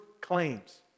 claims